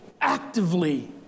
actively